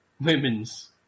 women's